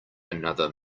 another